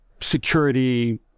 security